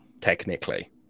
Technically